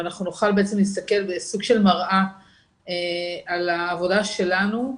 ונוכל להסתכל בסוג של מראה על העבודה שלנו,